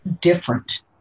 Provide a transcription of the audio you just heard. different